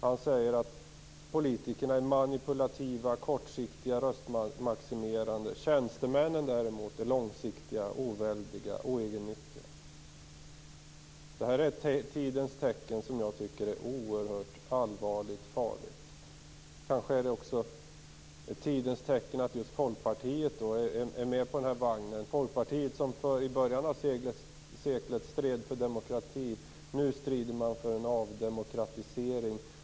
Han säger att politikerna är manipulativa, kortsiktiga och röstmaximerande. Tjänstemännen är långsiktiga, oväldiga och oegennyttiga. Det är ett tidens tecken som jag tycker är oerhört farligt. Kanske är det också ett tidens tecken att just Folkpartiet är med på vagnen. Folkpartiet stred i början av seklet för demokratin. Nu strider man för en avdemokratisering.